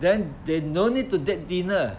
then they no need to take dinner